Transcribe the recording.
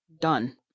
Done